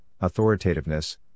authoritativeness